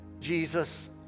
Jesus